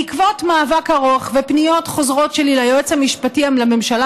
בעקבות מאבק ארוך ופניות חוזרות שלי ליועץ המשפטי לממשלה